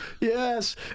yes